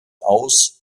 aus